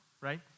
right